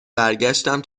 برگشتم